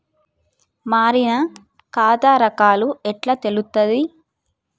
మారిన ఖాతా రకాలు ఎట్లా తెలుత్తది?